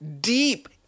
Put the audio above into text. deep